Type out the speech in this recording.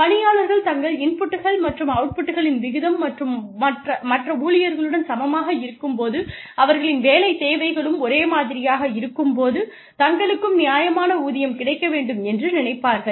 பணியாளர்கள் தங்கள் இன்புட்கள் மற்றும் அவுட்புட்களின் விகிதம் மற்ற ஊழியர்களுடன் சமமாக இருக்கும்போது அவர்களின் வேலை தேவைகளும் ஒரே மாதிரியாக இருக்கும்போது தங்களுக்கும் நியாயமான ஊதியம் கிடைக்க வேண்டும் என்று நினைப்பார்கள்